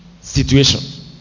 situation